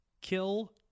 kill